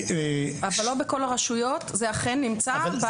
אבל לא בכל הרשויות זה אכן נמצא באתר.